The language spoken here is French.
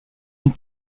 une